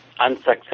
unsuccessful